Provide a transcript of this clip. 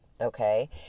okay